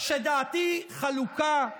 שדעתי חלוקה,